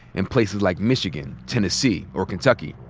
in places like michigan, tennessee, or kentucky.